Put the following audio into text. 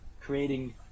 creating